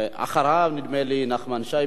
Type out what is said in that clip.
אחריו, נדמה לי, נחמן שי.